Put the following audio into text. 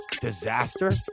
disaster